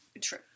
True